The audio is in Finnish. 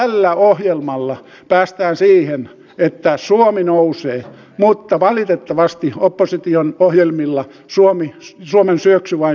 tällä ohjelmalla päästään siihen että suomi nousee mutta valitettavasti opposition ohjelmilla suomen syöksy vain syvenisi